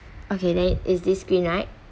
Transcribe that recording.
okay then is this green right